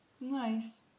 nice